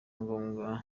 ngombwa